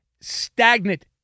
Stagnant